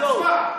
דקות,